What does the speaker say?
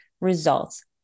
results